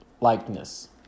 likeness